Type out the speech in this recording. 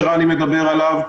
שרני מדבר עליו,